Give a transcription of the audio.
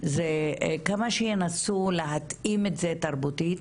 כמה שינסו להתאים את זה תרבותית,